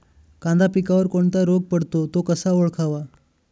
कांदा पिकावर कोणता रोग पडतो? तो कसा ओळखावा?